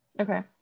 okay